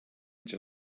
each